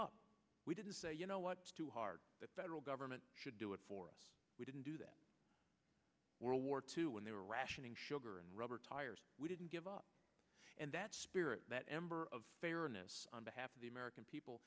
up we didn't say you know what too hard the federal government should do it for us we didn't do that world war two and they were rationing sugar rubber tires we didn't give up and that spirit that ember of fairness on behalf of the american people